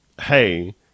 hey